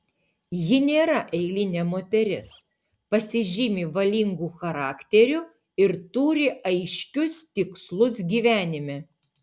ji nėra eilinė moteris pasižymi valingu charakteriu ir turi aiškius tikslus gyvenime